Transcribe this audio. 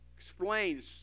explains